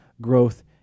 growth